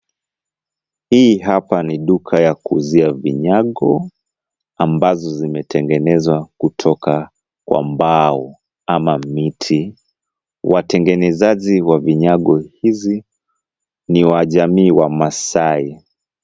Hii hapa ni duka ya kuuzia vinyago ambazo zimetengenezwa kutoka kwa mbao au miti. Watengenezaji wa vinyago hizi ni wa jamii ya maasai.